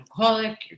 alcoholic